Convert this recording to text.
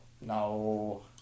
No